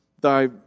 thy